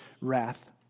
wrath